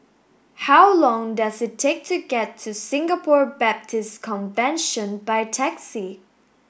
how long does it take to get to Singapore Baptist Convention by taxi